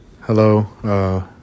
Hello